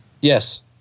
Yes